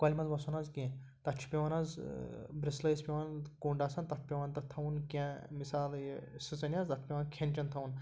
کۄلہِ منٛز وَسُن حظ کینٛہہ تَتھ چھِ پٮ۪وان حظ بِرٛسلٲے اَسہِ پٮ۪وان کُنٛڈ آسان تَتھ پٮ۪وان تَتھ تھَاوُن کینٛہہ مِثال یہِ سٕژنۍ حظ تَتھ پٮ۪وان کھٮ۪ن چٮ۪ن تھاوُن